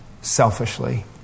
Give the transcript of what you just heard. selfishly